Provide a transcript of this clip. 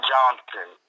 Johnson